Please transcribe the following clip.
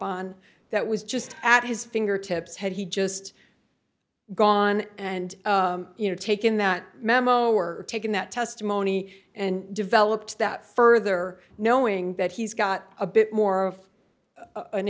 on that was just at his fingertips had he just gone and you know taken that memo or taken that testimony and developed that further knowing that he's got a bit more of an